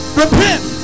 repent